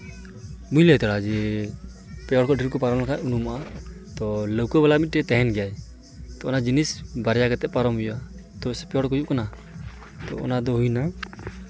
ᱢᱤᱫ ᱞᱮᱛᱟᱲ ᱜᱮ ᱯᱮᱲᱟ ᱠᱚ ᱴᱷᱮᱱ ᱠᱚ ᱯᱟᱨᱚᱢ ᱞᱮᱱᱠᱷᱟᱡ ᱩᱱᱩᱢᱚᱜᱼᱟ ᱛᱚ ᱞᱟᱹᱣᱠᱟᱹ ᱵᱟᱞᱟ ᱢᱤᱫᱴᱮᱡ ᱮᱭ ᱛᱟᱦᱮᱱ ᱜᱮᱭᱟᱭ ᱛᱚ ᱚᱱᱟ ᱡᱤᱱᱤᱥ ᱵᱟᱨᱭᱟ ᱠᱟᱛᱮ ᱯᱟᱨᱚᱢ ᱦᱩᱭᱩᱜᱼᱟ ᱛᱚ ᱯᱮ ᱦᱚᱲ ᱠᱚ ᱦᱩᱭᱩᱜ ᱠᱟᱱᱟ ᱛᱚ ᱚᱱᱟ ᱫᱚ ᱦᱩᱭ ᱮᱱᱟ